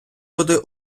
бути